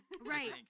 Right